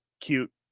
cute